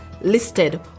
listed